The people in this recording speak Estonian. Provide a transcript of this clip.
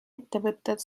ettevõtted